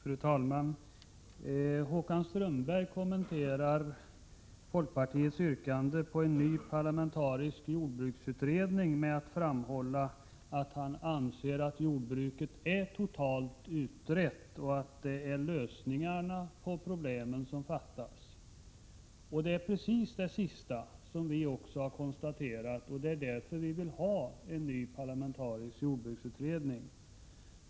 Fru talman! Håkan Strömberg kommenterar folkpartiets yrkande om en ny parlamentarisk jordbruksutredning med att framhålla att han anser att jordbruket är totalt utrett och att det är lösningarna på problemen som fattas. Det är precis det sista som vi också har konstaterat, och det är därför vi vill ha en ny parlamentarisk jordbruksutredning.